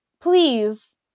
Please